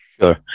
Sure